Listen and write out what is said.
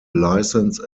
license